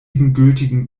gültigen